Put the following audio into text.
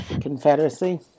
Confederacy